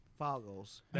Foggles